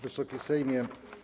Wysoki Sejmie!